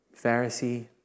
Pharisee